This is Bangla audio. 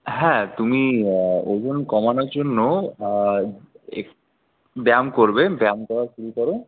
হ্যাঁ তুমি ওজন কমানোর জন্য ব্যায়াম করবে ব্যায়াম করা শুরু করো